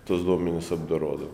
tuos duomenis apdorodavo